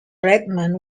redmond